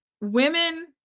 women